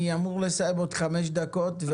אני אמור לסיים עוד חמש דקות,